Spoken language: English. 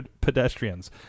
pedestrians